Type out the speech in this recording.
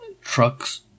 trucks